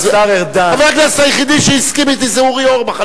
חבר הכנסת היחידי שהסכים אתי זה אורי אורבך.